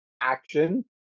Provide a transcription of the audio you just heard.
action